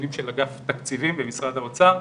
אגף תקציבים במשרד האוצר.